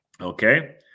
okay